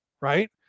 right